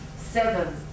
seven